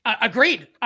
Agreed